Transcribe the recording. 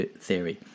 theory